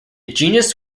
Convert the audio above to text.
genus